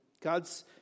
God's